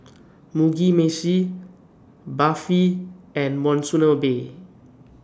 Mugi Meshi Barfi and Monsunabe